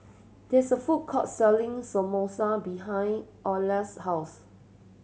there is a food court selling Samosa behind Orla's house